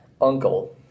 uncle